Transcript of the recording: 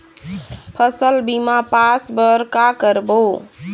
फसल बीमा पास बर का करबो?